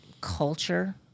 culture